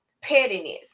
pettiness